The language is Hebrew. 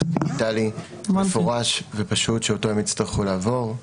דיגיטלי מפורש ופשוט שאותו הם יצטרכו לעבור.